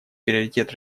приоритет